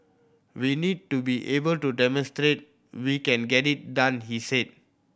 we need to be able to demonstrate we can get it done he said